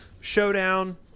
Showdown